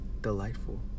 delightful